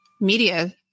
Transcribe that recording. media